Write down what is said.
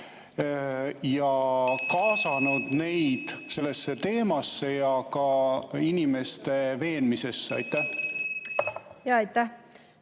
ja kaasanud neid sellesse teemasse ja inimeste veenmisesse? Aitäh! Jah,